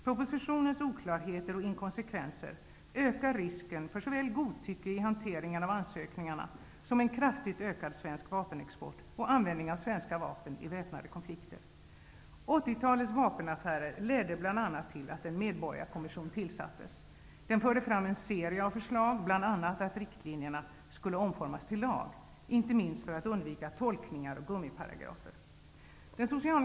Propositionens oklarheter och inkonsekvenser ökar risken för såväl godtycke i hanteringen av ansökningarna som en kraftigt ökad svensk vapenexport och användning av svenska vapen i väpnade konflikter. 80-talets ''vapenaffärer'' ledde bl.a. till att en medborgarkommission tillsattes. Den förde fram en serie förslag, bl.a. om att riktlinjerna skulle omformas till lag, inte minst för att undvika tolkningar och gummiparagrafer.